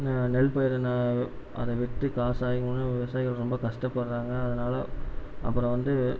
நா நெல் பயிர் நா அதை விற்று காசா விவசாயிகள் ரொம்ப கஷ்டப்படுறாங்க அதனால் அப்புறம் வந்து